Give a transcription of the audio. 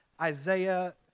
Isaiah